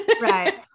Right